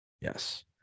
yes